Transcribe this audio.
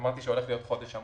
שהולך להיות חודש עמוס.